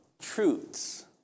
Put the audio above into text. truths